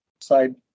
side